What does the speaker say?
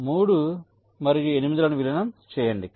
3 మరియు 8 లను విలీనం చేయండి